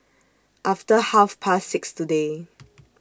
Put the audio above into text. after Half Past six today